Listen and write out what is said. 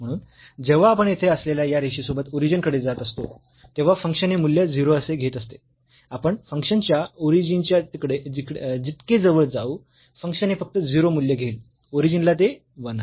म्हणून जेव्हा आपण येथे असलेल्या या रेषेसोबत ओरिजिन कडे जात असतो तेव्हा फंक्शन हे मूल्य 0 असे घेत असते आपण फंक्शन च्या ओरिजिनच्या जितके जवळ जाऊ फंक्शन हे फक्त 0 मूल्य घेईल ओरिजिन ला ते 1 आहे